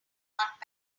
not